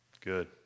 Good